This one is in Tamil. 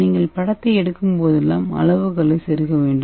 நீங்கள் படத்தை எடுக்கும்போதெல்லாம் அளவுகோலை செருக வேண்டும்